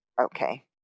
Okay